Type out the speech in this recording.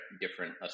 different